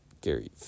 Gary